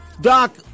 Doc